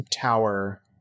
tower